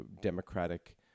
democratic